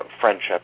friendships